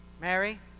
Mary